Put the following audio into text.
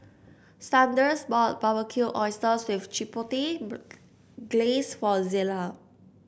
Sanders bought Barbecue Oysters with Chipotle Glaze for Zela